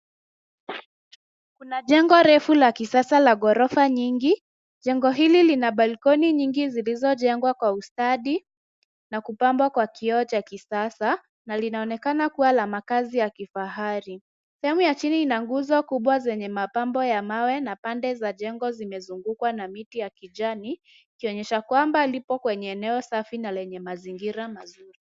Kuna jengo refu la kisasa la ghorofa nyingi. Jengo hili lina balkoni nyingi zilizojengwa kwa ustadi na kupambwa kwa kioo cha kisasa na linaonekana kuwa la makazi ya kifahari. Sehemu ya chini ina nguzo kubwa zenye mapambo ya mawe na pande za jengo zimezungukwa na miti ya kijani ikionyesha kwamba lipo kwenye eneo safi na lenye mazingira mazuri.